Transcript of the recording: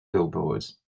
billboards